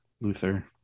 Luther